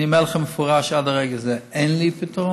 אני אומר לכם במפורש: עד לרגע זה אין לי פתרון,